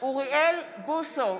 אוריאל בוסו,